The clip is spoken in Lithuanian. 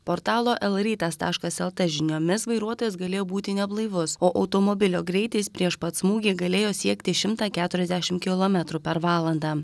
portalo l rytas taškas lt žiniomis vairuotojas galėjo būti neblaivus o automobilio greitis prieš pat smūgį galėjo siekti šimtą keturiasdešimt kilometrų per valandą